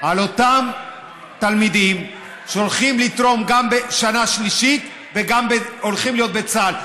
מאותם תלמידים שהולכים לתרום בשנה שלישית וגם הולכים להיות בצה"ל,